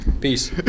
Peace